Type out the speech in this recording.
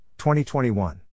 2021